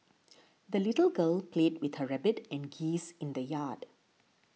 the little girl played with her rabbit and geese in the yard